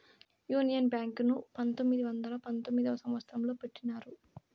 union Bank ను పంతొమ్మిది వందల పంతొమ్మిదవ సంవచ్చరంలో పెట్టినారు